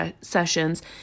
sessions